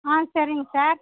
ஆ சரிங்க சார்